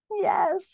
Yes